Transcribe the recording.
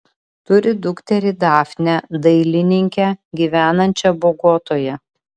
turi dukterį dafnę dailininkę gyvenančią bogotoje